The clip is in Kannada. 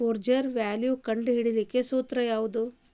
ಫ್ಯುಚರ್ ವ್ಯಾಲ್ಯು ಕಂಢಿಡಿಲಿಕ್ಕೆ ಸೂತ್ರ ಯಾವ್ದು?